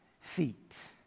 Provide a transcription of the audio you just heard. feet